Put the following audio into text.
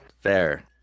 Fair